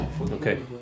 Okay